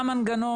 נבנה מנגנון,